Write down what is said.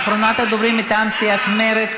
אחרונת הדוברים מטעם סיעת מרצ,